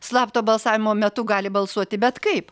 slapto balsavimo metu gali balsuoti bet kaip